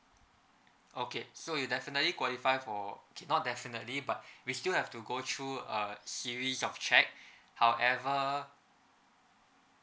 okay so you definitely qualify for okay not definitely but we still have to go through a series of check however